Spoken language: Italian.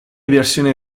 versione